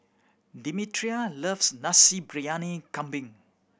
Demetria loves Nasi Briyani Kambing